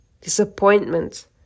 Disappointment